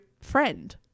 friend